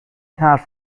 حرف